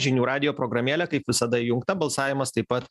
žinių radijo programėlė kaip visada įjungta balsavimas taip pat